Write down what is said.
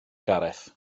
gareth